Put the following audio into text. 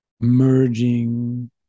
merging